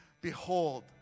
Behold